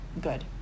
good